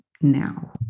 now